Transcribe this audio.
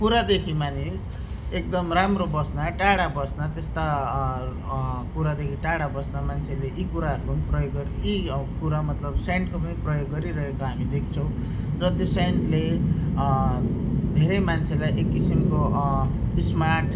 कुरादेखि मानिस एकदम राम्रो बस्ना टाढा बस्ना त्यस्ता कुरादेखि टाढा बस्न मान्छेले यी कुराहरको पनि प्रयोग गरि यी कुरामा मतलब सेन्टको पनि प्रयोग गरिरहेको हामी देख्छौँ र त्यो सेन्टले धेरै मान्छेलाई एक किसिमको स्मार्ट